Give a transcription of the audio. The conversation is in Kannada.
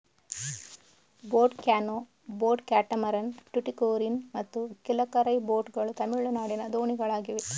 boat canoe, boat catamaran, Tuticorin ಮತ್ತು ಕಿಲಕರೈ ಬೋಟ್ ಗಳು ತಮಿಳುನಾಡಿನ ದೋಣಿಗಳಾಗಿವೆ